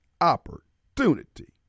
opportunity